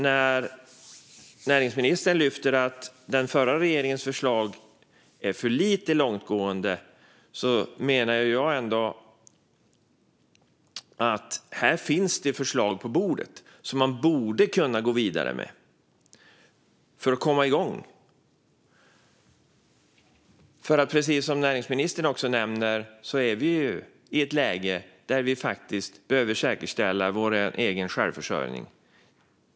Näringsministern lyfter fram att den förra regeringens förslag inte är tillräckligt långtgående, men jag menar att det finns förslag på bordet som man borde kunna gå vidare med för att komma igång. Precis som näringsministern nämner är vi i ett läge där vi behöver säkerställa vår egen självförsörjning.